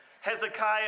Hezekiah